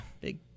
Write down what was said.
big